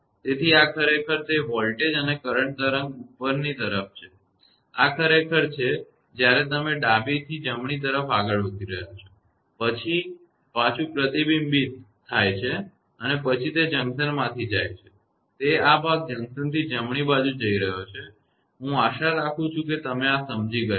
તેથી આ ખરેખર તે વોલ્ટેજ અને કરંટ તરંગ ઉપરની તરફ છે આ ખરેખર છે જ્યારે તમે ડાબીથી જમણી તરફ આગળ વધી રહયા છો પછી પાછું પ્રતિબિંબિત થાય છે અને પછી તે જંકશન માંથી જાય છે તે આ ભાગ જંકશનથી જમણી બાજુ જઈ રહ્યો છે હું આશા રાખું છું કે તમે આ સમજી ગયા છો